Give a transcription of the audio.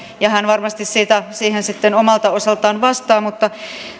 ja hän varmasti siihen sitten omalta osaltaan vastaa mutta